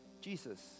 Jesus